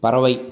பறவை